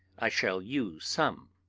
i shall use some.